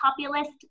populist